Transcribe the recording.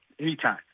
Anytime